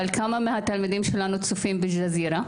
אבל כמה מהתלמידים שלנו צופים באל-ג'זירה?